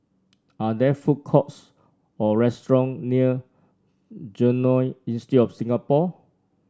are there food courts or restaurant near Genome Institute of Singapore